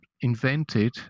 invented